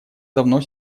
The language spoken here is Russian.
давно